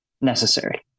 necessary